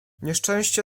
nieszczęście